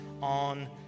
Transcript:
on